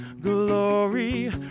Glory